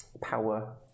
power